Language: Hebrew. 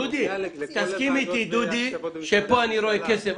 תסכים אתי שכאן אני רואה כסף.